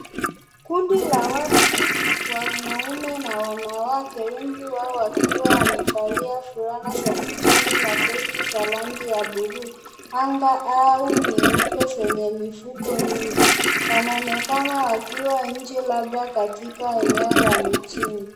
Kundi la watu, wanaume na wanawake, wengi wao wakiwa wamevalia fulana za kijani na vesti za rangi ya bulu, anga au nyeupe zenye mifuko miingi, wanaonekana wakiwa nje labda katika eneo la mjini.